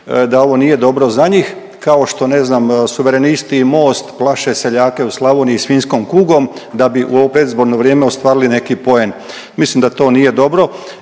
da ovo nije dobro za njih, kao što, ne znam, Suverenisti, Most, plaše seljake u Slavoniji svinjskom kugom, da bi u ovo predizborno vrijeme ostvarili neki poen. Mislim da to nije dobro